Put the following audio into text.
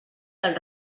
del